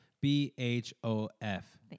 B-H-O-F